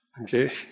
Okay